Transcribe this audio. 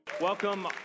Welcome